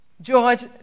George